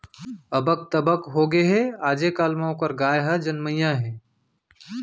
अबक तबक होगे हे, आजे काल म ओकर गाय ह जमनइया हे